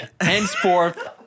Henceforth